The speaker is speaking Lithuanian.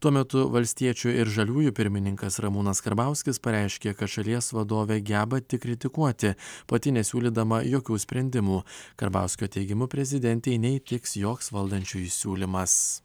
tuo metu valstiečių ir žaliųjų pirmininkas ramūnas karbauskis pareiškė kad šalies vadovė geba tik kritikuoti pati nesiūlydama jokių sprendimų karbauskio teigimu prezidentei neįtiks joks valdančiųjų siūlymas